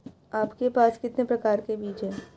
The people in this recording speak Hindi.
आपके पास कितने प्रकार के बीज हैं?